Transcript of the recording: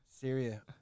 Syria